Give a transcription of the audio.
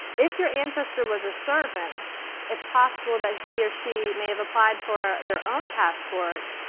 if your ancestor was a servant it's possible that he or she may have applied for their own passport,